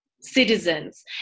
citizens